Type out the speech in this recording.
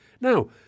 Now